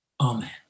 Amen